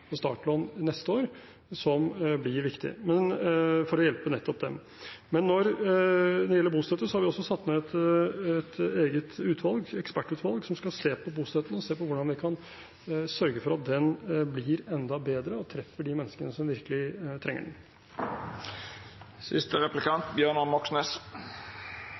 på startlån neste år, som blir viktig for å hjelpe nettopp dem. Men når det gjelder bostøtte, har vi også satt ned et eget utvalg, et ekspertutvalg, som skal se på bostøtten og se på hvordan vi kan sørge for at den blir enda bedre og treffer de menneskene som virkelig trenger den.